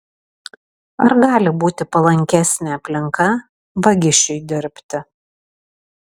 ar gali būti palankesnė aplinka vagišiui dirbti